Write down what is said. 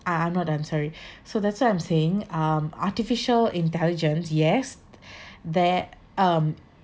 I I'm not I'm sorry so that's what I'm saying um artificial intelligence yes there um